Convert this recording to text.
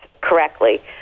correctly